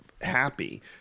happy